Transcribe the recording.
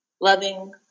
loving